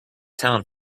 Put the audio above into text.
town